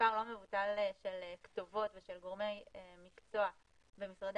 מספר לא מבוטל של כתובות ושל גורמי מקצוע במשרדי